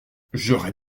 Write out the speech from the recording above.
j’aurais